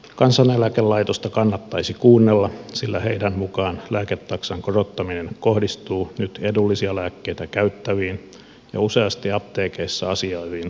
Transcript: kansaneläkelaitosta kannattaisi kuunnella sillä heidän mukaansa lääketaksan korottaminen kohdistuu nyt edullisia lääkkeitä käyttäviin ja useasti apteekeissa asioiviin asiakkaisiin